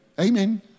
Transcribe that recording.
Amen